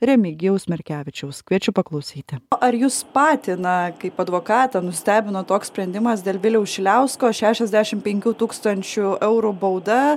remigijaus merkevičiaus kviečiu paklausyti ar jus patį na kaip advokatą nustebino toks sprendimas dėl viliaus šiliausko šešiasdešim penkių tūkstančių eurų bauda